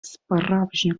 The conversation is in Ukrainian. справжню